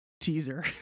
teaser